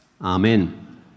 Amen